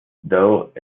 though